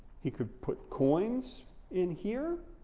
he could put coins in here,